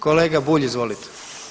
Kolega Bulj izvolite.